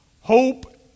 Hope